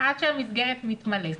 עד שהמסגרת מתמלאת.